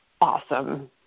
awesome